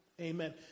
Amen